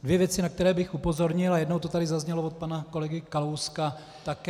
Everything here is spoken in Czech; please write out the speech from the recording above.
Dvě věci, na které bych upozornil, a jednou to tady zaznělo od pana kolegy Kalouska také.